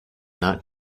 not